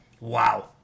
wow